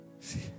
See